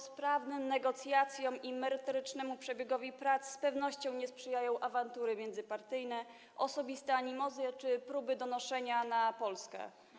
Sprawnym negocjacjom i merytorycznemu przebiegowi prac z pewnością nie sprzyjają awantury międzypartyjne, osobiste animozje czy próby donoszenia na Polskę.